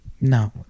No